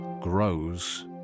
grows